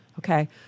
Okay